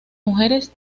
mujeres